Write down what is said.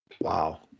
Wow